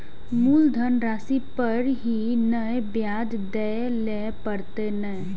मुलधन राशि पर ही नै ब्याज दै लै परतें ने?